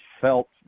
felt